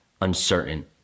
uncertain